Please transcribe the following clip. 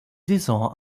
saison